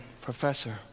Professor